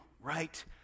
Right